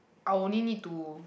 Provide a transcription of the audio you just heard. I'll only need to